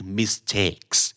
mistakes